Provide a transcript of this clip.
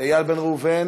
איל בן ראובן,